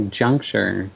juncture